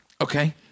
Okay